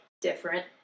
different